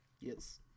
Yes